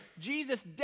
Jesus